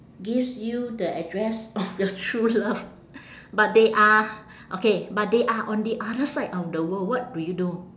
gives you the address of your true love but they are okay but they are on the other side of the world what do you do